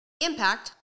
impact